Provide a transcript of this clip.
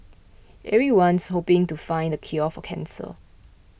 everyone's hoping to find the cure for cancer